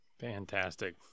Fantastic